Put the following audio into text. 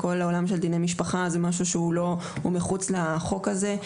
בכל העולם של דיני משפחה זה משהו שהוא מחוץ לחוק הזה.